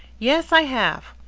yes, i have.